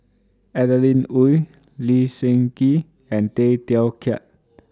Adeline Ooi Lee Seng Gee and Tay Teow Kiat